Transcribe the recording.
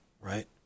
right